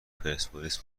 پرسپولیس